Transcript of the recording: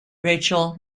rachel